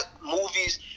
movies